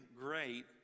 great